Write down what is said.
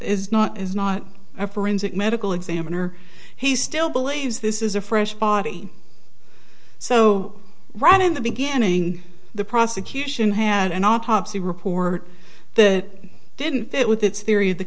is not is not a forensic medical examiner he still believes this is a fresh body so right in the beginning the prosecution had an autopsy report that didn't fit with its theory of the